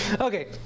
Okay